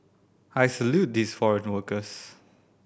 I salute these foreign workers